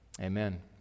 Amen